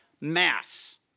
mass